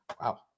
Wow